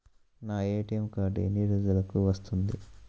నా ATM card ఎన్ని రోజులకు వస్తుంది?